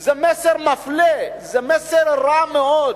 זה מסר מפלה, זה מסר רע מאוד.